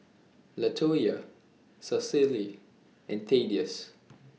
Latoyia Cecily and Thaddeus